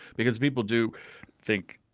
because people do think,